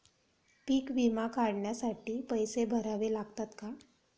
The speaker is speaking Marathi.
पीक विमा काढण्यासाठी पैसे भरावे लागतात का?